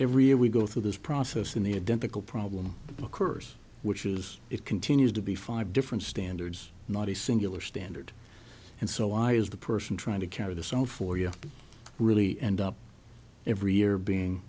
every year we go through this process and the identical problem occurs which is it continues to be five different standards not a singular standard and so why is the person trying to carry this out for you really end up every year being